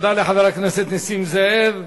תודה לחבר הכנסת נסים זאב.